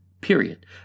period